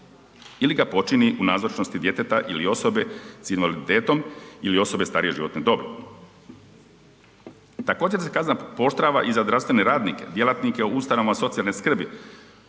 ili ga počini u nazočnosti djeteta ili osobe sa invaliditetom ili osobe starije životne dobi. Također se kazna pooštrava i za zdravstvene radnike, djelatnike u ustanovama socijalne skrbi,